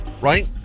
right